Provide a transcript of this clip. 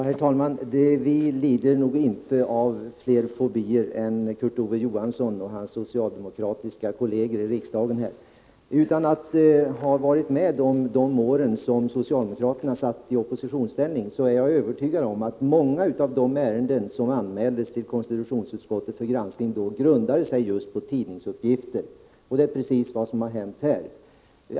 Herr talman! Vi lider nog inte av fler fobier än Kurt Ove Johansson och hans socialdemokratiska kolleger i riksdagen. Utan att ha varit med under de år socialdemokraterna var i oppositionsställning är jag övertygad om att många av de ärenden som anmäldes till konstitutionsutskottet för granskning då grundade sig just på tidningsuppgifter. Det är precis vad som har hänt här.